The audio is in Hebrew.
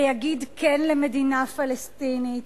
ויגיד "כן" למדינה פלסטינית,